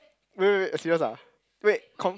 wait wait wait serious ah wait con~